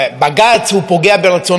הוא פוגע ברצונו של העם.